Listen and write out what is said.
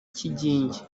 kigingi